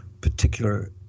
particular